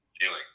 feeling